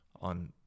on